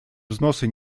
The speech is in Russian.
взносы